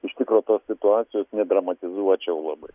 iš tikro tos situacijos nedramatizuočiau labai